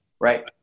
Right